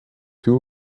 two